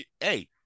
hey